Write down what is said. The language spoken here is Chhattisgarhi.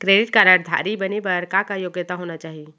क्रेडिट कारड धारी बने बर का का योग्यता होना चाही?